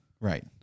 Right